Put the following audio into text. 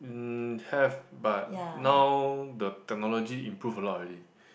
mm have but now the technology improve a lot already